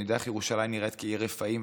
אני יודע איך ירושלים נראית כעיר רפאים.